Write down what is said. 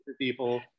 people